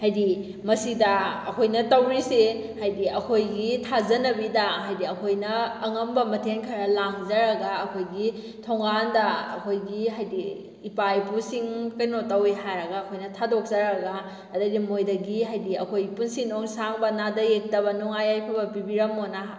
ꯍꯥꯏꯗꯤ ꯃꯁꯤꯗ ꯑꯩꯈꯣꯏꯅ ꯇꯧꯔꯤꯁꯤ ꯍꯥꯏꯗꯤ ꯑꯩꯈꯣꯏꯒꯤ ꯊꯥꯖꯅꯕꯤꯗ ꯍꯥꯏꯗꯤ ꯑꯩꯈꯣꯏꯅ ꯑꯉꯝꯕ ꯃꯊꯦꯜ ꯈꯔ ꯂꯥꯡꯖꯔꯒ ꯑꯩꯈꯣꯏꯒꯤ ꯊꯣꯡꯒꯥꯟꯗ ꯑꯩꯈꯣꯏꯒꯤ ꯍꯥꯏꯗꯤ ꯏꯄꯥ ꯏꯄꯨꯁꯤꯡ ꯀꯩꯅꯣ ꯇꯧꯋꯤ ꯍꯥꯏꯔꯒ ꯑꯩꯈꯣꯏꯅ ꯊꯥꯗꯣꯛꯆꯔꯒ ꯑꯗꯩꯗꯤ ꯃꯣꯏꯗꯒꯤ ꯍꯥꯏꯗꯤ ꯑꯩꯈꯣꯏ ꯄꯨꯟꯁꯤ ꯅꯨꯡꯁꯥꯡꯕ ꯅꯥꯗ ꯌꯦꯛꯇꯕ ꯅꯨꯡꯉꯥꯏ ꯌꯥꯏꯐꯕ ꯄꯤꯕꯤꯔꯝꯃꯣꯅ